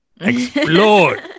explode